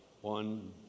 One